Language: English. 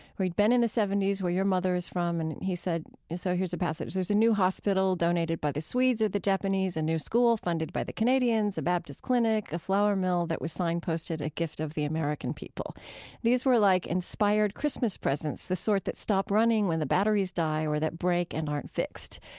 where he'd been in the zero seven zero s, where your mother is from, and he said so here's a passage there's a new hospital donated by the swedes or the japanese, a new school funded by the canadians, a baptist clinic, a flour mill that was signposted a gift of the american people these were like inspired christmas presents, the sort that stop running when the batteries die or that break and aren't fixed.